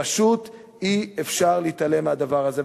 פשוט אי-אפשר להתעלם מהדבר הזה.